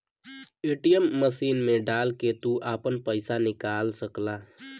ATM machine मे डाल के तू आपन पइसा निकाल सकला